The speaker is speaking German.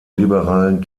liberalen